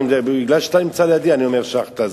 מפני שאתה נמצא לידי, אני אומר: שאכטה.